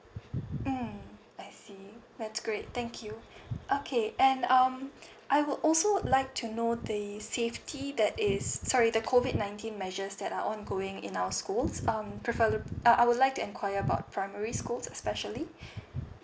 mm I see that's great thank you okay and um I would also like to know the safety that is sorry the COVID nineteen measures that are ongoing in our schools um prefer~ uh I would like to inquire about primary schools especially